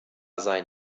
sein